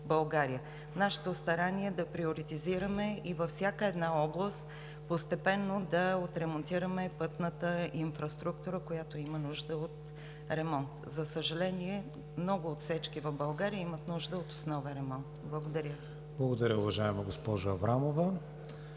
Нашето старание е да приоритизираме и във всяка една област постепенно да отремонтираме пътната инфраструктура, която има нужда от ремонт. За съжаление, много отсечки в България имат нужда от основен ремонт. Благодаря. ПРЕДСЕДАТЕЛ КРИСТИАН ВИГЕНИН: Благодаря, уважаема госпожо Аврамова.